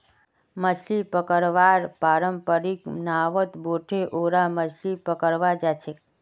मछली पकड़वार पारंपरिक नावत बोठे ओरा मछली पकड़वा जाछेक